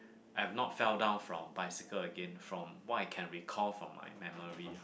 I've not fell down from bicycle again from what I can recall from my memory